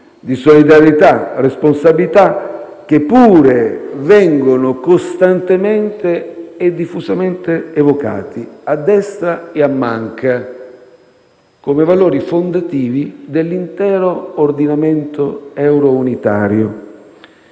di solidarietà e responsabilità che pure vengono costantemente e diffusamente evocati, a destra e a manca, come valori fondativi dell'intero ordinamento eurounitario.